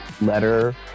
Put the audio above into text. letter